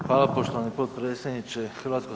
Hvala poštovani potpredsjedniče HS.